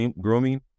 grooming